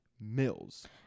mills